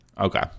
Okay